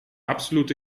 absolute